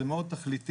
זה מאוד תכליתי,